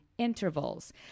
intervals